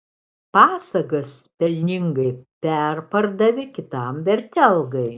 pasagas pelningai perpardavė kitam vertelgai